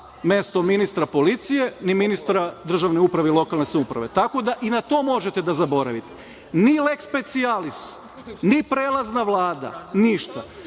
mesto ministra policije, ni ministra državne uprave i lokalne samouprave. Tako da i na to možete da zaboravite. Ni leh specijalis, ni prelazna Vlada, ništa.